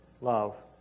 Love